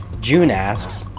june asks,